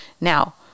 Now